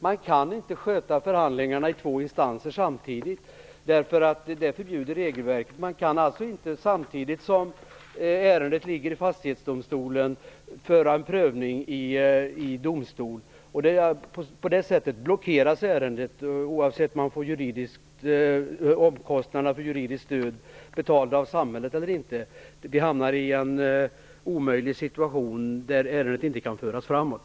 Man kan inte sköta förhandlingarna i två instanser samtidigt, eftersom det är förbjudet i regelverket. Man kan alltså inte samtidigt som ärendet ligger i Fastighetsdomstolen föra en prövning i domstol. På det sättet blockeras ärendet, oavsett om man får kostnaderna för juridiskt stöd betalda av samhället eller inte. Man hamnar i en omöjlig situation, där ärendet inte kan föras framåt.